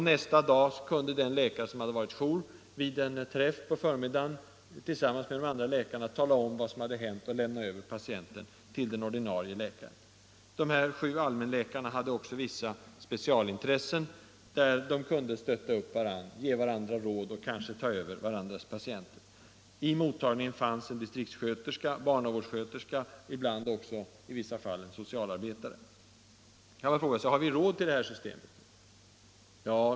Nästa dag kunde han vid en träff på förmiddagen med de andra läkarna tala om vad som hade hänt och lämna över patienten till den ordinarie läkaren. Dessa sju allmänläkare hade också vissa specialintressen, vilket gjorde att de kunde stötta upp varandra, ge varandra råd och kanske ta hand om varandras patienter. Vid mottagningen fanns en distriktssköterska, en barnavårdssköterska och ibland också en socialarbetare. Man kan fråga sig: Har vi råd med ett sådant system?